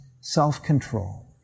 self-control